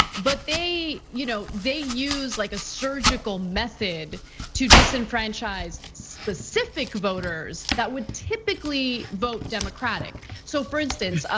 but they you know they use like a surgical method to disenfranchise specific voters that would typically vote democratic. so for instance,